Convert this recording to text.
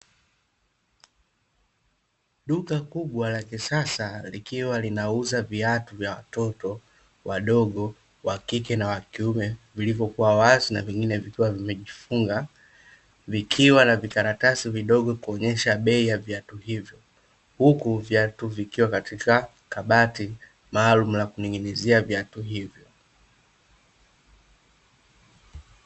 Duka kubwa la kisasa likiwa linauza viatu vya watoto wadogo (wakike na wakiume) vilivyokua wazi na vingine vikiwa vimejifunga, vikiwa na vikaratasi vidogo kuonyesha bei ya viatu hivyo. Huku viatu vikiwa katika kabati maalumu la kuning'inizia viatu hivyo.